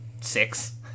six